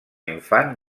infant